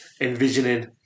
envisioning